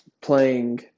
playing